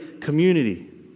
community